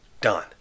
done